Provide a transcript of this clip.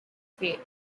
failed